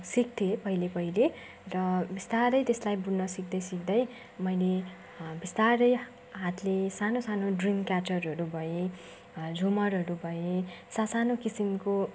सिक्थेँ पहिले पहिले र बिस्तारै त्यसलाई बुन्न सिक्दै सिक्दै मैले बिस्तारै हातले सानो सानो ड्रिम केचरहरू भए झुमरहरू भए सासानो किसिमको